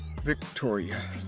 Victoria